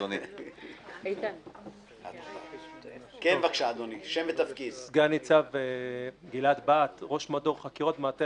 אומר על זה עוד מילה כמו עבירות לטיפול של יחידות מרכזיות במספר